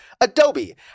Adobe